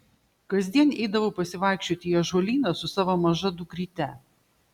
kasdien eidavau pasivaikščioti į ąžuolyną su savo maža dukryte